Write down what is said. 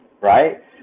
right